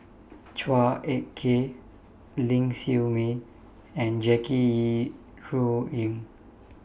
Chua Ek Kay Ling Siew May and Jackie Yi Ru Ying